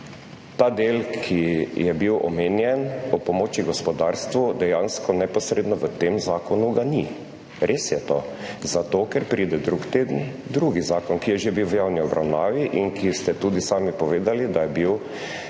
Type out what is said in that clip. ta del, ki je bil omenjen o pomoči gospodarstvu, dejansko neposredno v tem zakonu ga ni, res je to, zato, ker pride drug teden drugi zakon, ki je že bil v javni obravnavi in ki ste tudi sami povedali, da je bil,